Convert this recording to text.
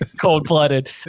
cold-blooded